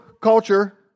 culture